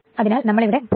അതിനാൽ നമ്മൾ ഇവിടെ 0